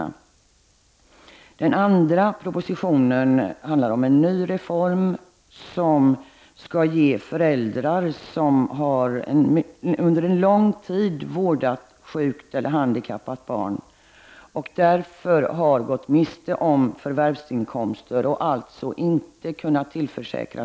I den andra propositionen föreslås en reform som berör dem som under lång tid har vårdat sjukt eller handikappat barn och som därför har gått miste om förvärvsinkomster och därmed inte kunnat tjäna in ATP.